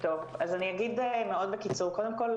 קודם כול,